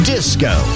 Disco